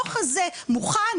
הדוח הזה מוכן?